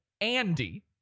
Andy